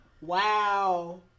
Wow